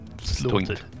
slaughtered